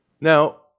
Now